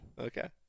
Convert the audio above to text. Okay